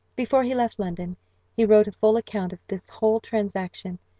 before he left london he wrote a full account of this whole transaction,